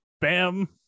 Bam